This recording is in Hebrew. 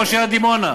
ראש עיריית דימונה,